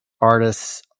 artists